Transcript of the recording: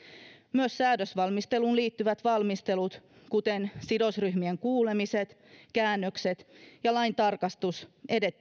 myös säädösvalmisteluun liittyvät valmistelut kuten sidosryhmien kuulemiset käännökset ja lain tarkastus